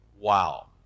Wow